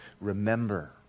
remember